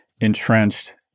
entrenched